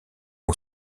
ont